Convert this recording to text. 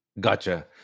gotcha